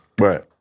Right